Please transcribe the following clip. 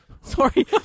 Sorry